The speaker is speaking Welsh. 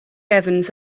evans